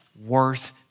worth